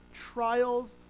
trials